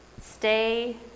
stay